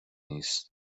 نیست